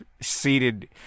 seated